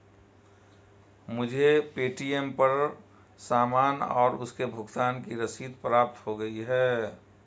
मुझे पे.टी.एम पर सामान और उसके भुगतान की रसीद प्राप्त हो गई है